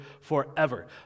forever